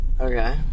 Okay